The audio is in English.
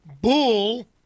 Bull